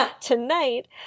tonight